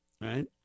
Right